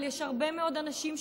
אבל יש הרבה מאוד אנשים שמאמינים,